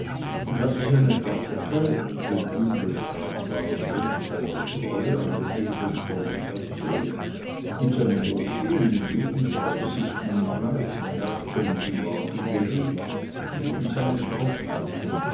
und hatte seine tapferkeit den unbestreitbaren wert seiner treue an dem edeln frommen herzog und seine hochgehenden lebensaussichten mit weisem herzen in die waage gelegt gegen seine schroffheiten